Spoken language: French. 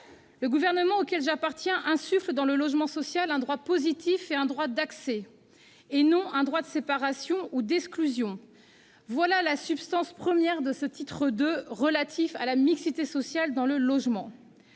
Le gouvernement auquel j'appartiens entend faire prévaloir dans le logement social un droit positif et un droit d'accès, et non un droit de séparation ou d'exclusion. Telle est la substance première de ce titre II relatif à la mixité sociale dans le logement.